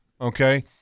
Okay